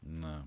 No